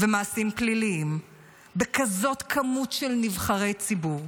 ומעשים פליליים בכזאת כמות של נבחרי ציבור,